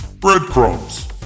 breadcrumbs